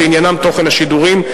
שעניינם תוכן השידורים,